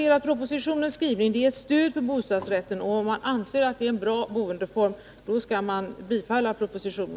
Propositionens skrivning ger stöd åt bostadsrätten. Om man anser att den är en bra boendeform, då skall man bifalla propositionen.